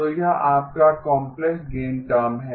तो यह आपका काम्प्लेक्स गेन टर्म है